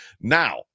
now